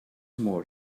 more